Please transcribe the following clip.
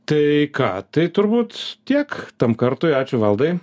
tai ką tai turbūt tiek tam kartui ačiū valdai